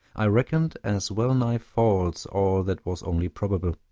i reckoned as well-nigh false all that was only probable.